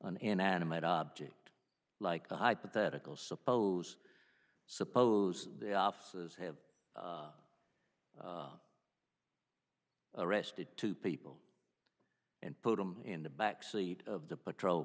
an inanimate object like a hypothetical suppose suppose the offices have arrested two people and put them in the back seat of the patrol